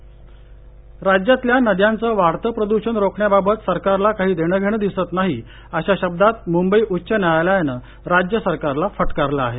नदी प्रदूषण राज्यातल्या नद्यांचं वाढतं प्रदृषण रोखण्याबाबत सरकारला काही देणं घेणं दिसत नाही अशा शब्दात मुंबई उच्च न्यायालयानं राज्य सरकारला फटकारल आहे